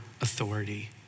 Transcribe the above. authority